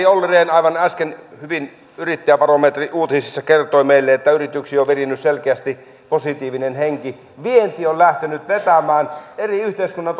olli rehn aivan äsken yrittäjäbarometriuutisista kertoi meille että yrityksiin on virinnyt selkeästi positiivinen henki vienti on lähtenyt vetämään eri yhteiskunnan